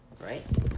right